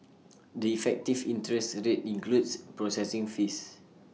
the effective interest today includes processing fees